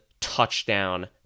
touchdown